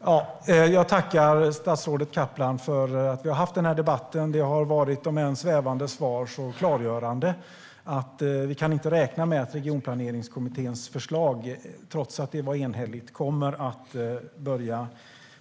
Herr talman! Jag tackar statsrådet Kaplan för att vi har haft den här debatten. Om än det har varit svävande svar har den varit klargörande. Vi kan inte räkna med att Regionplaneringskommitténs förslag, trots att det var enhälligt, kommer att börja